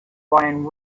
wine